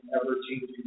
ever-changing